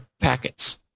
packets